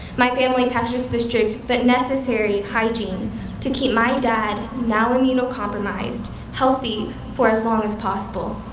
my family practiced the strict, but necessary, hygiene to keep my dad, now immunocompromised, healthy for as long as possible.